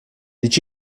did